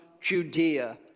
Judea